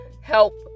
help